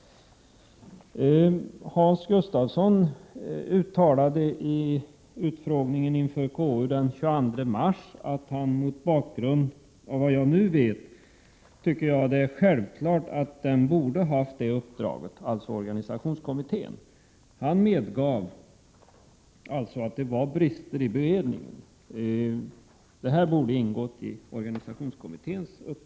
Hans Gustafsson uttalade vid utfrågningen i konstitutionsutskottet den 22 mars att han mot bakgrund av vad han då visste fann det självklart att organisationskommittén borde ha haft uppdraget att ta ställning i lokaliseringsfrågan. Han medgav alltså att det var brister i beredningen. Nu blev det inte så.